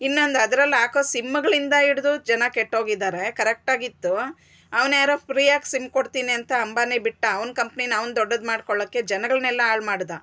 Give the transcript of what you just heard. ಇನ್ನೊಂದು ಅದ್ರಲ್ಲಿ ಹಾಕೋ ಸಿಮ್ಗಳಿಂದ ಹಿಡ್ಡು ಜನ ಕೆಟ್ಟು ಹೋಗಿದ್ದಾರೆ ಕರೆಕ್ಟ್ ಆಗಿ ಇತ್ತು ಅವ್ನು ಯಾರೋ ಫ್ರೀಯಾಗಿ ಸಿಮ್ ಕೊಡ್ತೀನಿ ಅಂತ ಅಂಬಾನಿ ಬಿಟ್ಟ ಅವ್ನ ಕಂಪ್ನಿನ ಅವ್ನು ದೊಡ್ಡದು ಮಾಡ್ಕೊಳಕ್ಕೆ ಜನಗಳ್ನೆಲ್ಲ ಹಾಳು ಮಾಡ್ದ